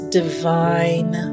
divine